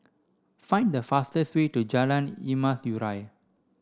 find the fastest way to Jalan Emas Urai